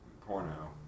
porno